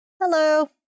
Hello